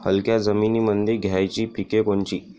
हलक्या जमीनीमंदी घ्यायची पिके कोनची?